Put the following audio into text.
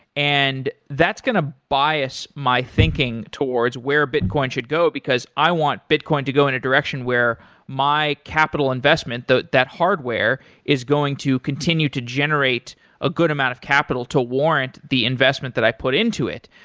and that's going to bias my thinking towards where bitcoin should go, because i want bitcoin to go in a direction where my capital investment, that that hardware, is going to continue to generate a good amount of capital to warrant the investment that i put into it.